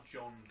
John